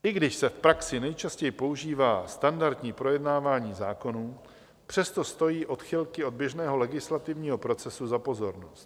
I když se v praxi nejčastěji používá standardní projednávání zákonů, přesto stojí odchylky od běžného legislativního procesu za pozornost.